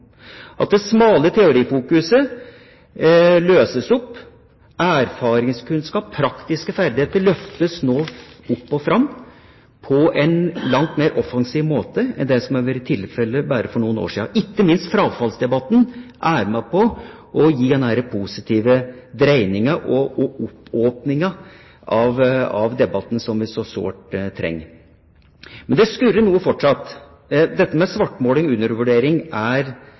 at det smale teorifokuset løses opp. Erfaringskunnskap og praktiske ferdigheter løftes nå opp og fram på en langt mer offensiv måte enn det som var tilfellet bare for noen år siden. Ikke minst frafallsdebatten er med på å gi denne positive dreiningen og oppåpningen av debatten, som vi så sårt trenger. Men det skurrer litt fortsatt. Dette med svartmaling, undervurdering, er